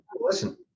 Listen